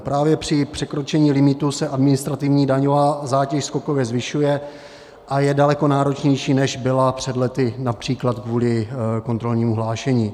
Právě při překročení limitu se administrativní daňová zátěž skokově zvyšuje a je daleko náročnější, než byla před lety například kvůli kontrolnímu hlášení.